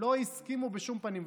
לא הסכימו בשום פנים ואופן.